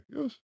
Yes